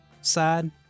side